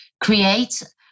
create